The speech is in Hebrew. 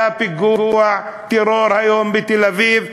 היה פיגוע טרור היום בתל-אביב,